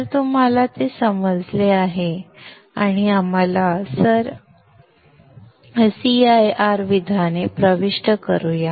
तर तुम्हाला ते समजले आहे आणि आम्हाला सर विधाने प्रविष्ट करूया